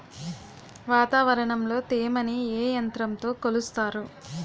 వాతావరణంలో తేమని ఏ యంత్రంతో కొలుస్తారు?